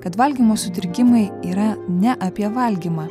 kad valgymo sutrikimai yra ne apie valgymą